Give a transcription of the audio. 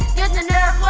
get the nerf